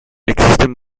existen